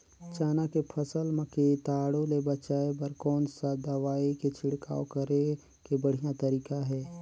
चाना के फसल मा कीटाणु ले बचाय बर कोन सा दवाई के छिड़काव करे के बढ़िया तरीका हे?